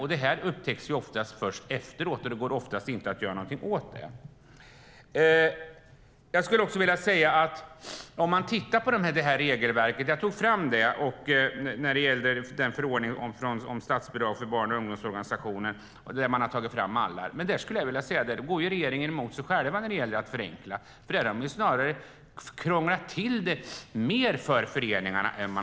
Förskingring upptäcks oftast först efteråt och det går i regel inte att göra något åt den. Låt oss titta på regelverket. Jag har tagit fram mallarna till förordningen om statsbidrag till barn och ungdomsorganisationer. Där går regeringen emot sig själv i fråga om att förenkla. Där har regeringen snarare krånglat till mer för föreningarna.